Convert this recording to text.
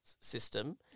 system